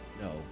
no